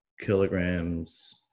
kilograms